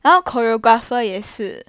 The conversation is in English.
然后 choreographer 也是